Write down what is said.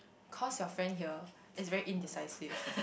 cause your friend here is very indecisive